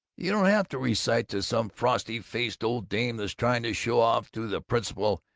you don't have to recite to some frosty-faced old dame that's trying to show off to the principal,